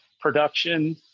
production